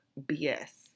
BS